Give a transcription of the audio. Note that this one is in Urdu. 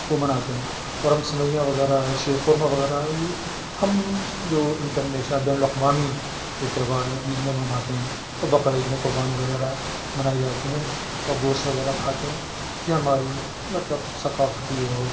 تو مناتے ہیں اور ہم سیوئیاں وغیرہ ہے شیر خورما وغیرہ ہے یہ ہم جو انٹرنیشنل بین الاقوامی جو تہوار ہیں عید میں مناتے ہیں یا بقرعید میں قربانی وغیرہ منائی جاتی ہیں اور گوشت وغیرہ کھاتے ہیں یہ ہماری مطلب ثقافتی اور